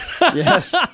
Yes